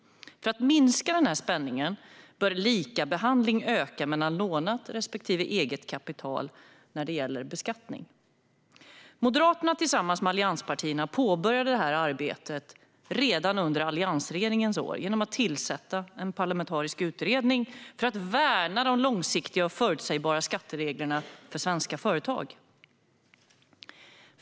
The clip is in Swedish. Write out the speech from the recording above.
För att minska spänningen bör likabehandlingen öka mellan lånat kapital respektive eget kapital när det gäller beskattning. Moderaterna påbörjade tillsammans med de övriga allianspartierna detta arbete redan under alliansregeringens år genom att tillsätta en parlamentarisk utredning för att värna de långsiktiga och förutsägbara skattereglerna för svenska företag.